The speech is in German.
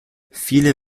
viele